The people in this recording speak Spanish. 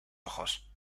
ojos